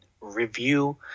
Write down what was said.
review